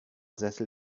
sessel